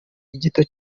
gito